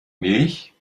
milch